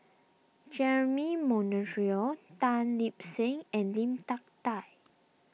Jeremy Monteiro Tan Lip Seng and Lim Hak Tai